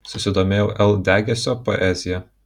susidomėjau l degėsio poezija